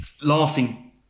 laughing